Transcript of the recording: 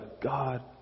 God